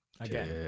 again